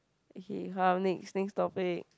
okay come next next topic